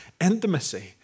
intimacy